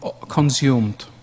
consumed